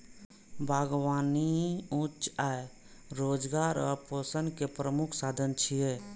बागबानी उच्च आय, रोजगार आ पोषण के प्रमुख साधन छियै